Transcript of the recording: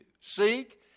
Seek